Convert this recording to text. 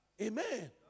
Amen